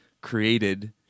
created